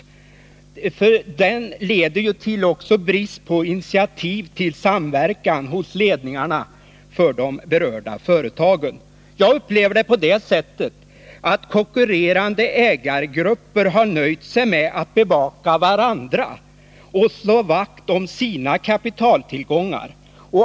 Denna hållning leder ju också till brist på initiativ till samverkan hos ledningarna för de berörda företagen. Jag upplever det så, att konkurrerande ägargrupper har nöjt sig med att bevaka varandra och slå vakt om sina kapitaltillgångar.